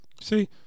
see